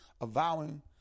avowing